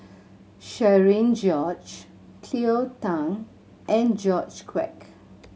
Cherian George Cleo Thang and George Quek